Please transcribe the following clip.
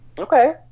Okay